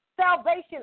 salvation